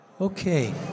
Okay